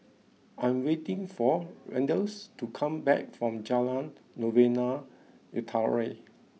I am waiting for Randle to come back from Jalan Novena Utara